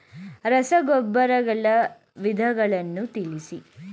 ರಸಗೊಬ್ಬರಗಳ ವಿಧಗಳನ್ನು ತಿಳಿಸಿ?